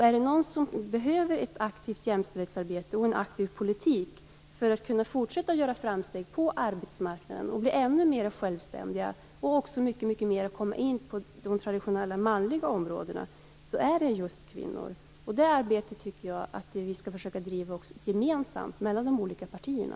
Är det några som behöver ett aktivt jämställdhetsarbete och en aktiv politik för att kunna fortsätta att göra framsteg på arbetsmarknaden, bli ännu mera självständiga och i större utsträckning komma in på de traditionellt manliga områdena, så är det just kvinnor. Det arbetet tycker jag att vi skall försöka driva även gemensamt mellan de olika partierna.